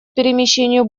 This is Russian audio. перемещению